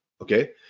Okay